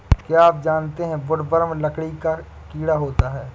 क्या आप जानते है वुडवर्म लकड़ी का कीड़ा होता है?